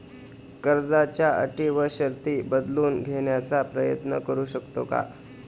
कर्जाच्या अटी व शर्ती बदलून घेण्याचा प्रयत्न करू शकतो का?